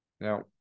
Now